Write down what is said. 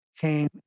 came